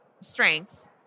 strengths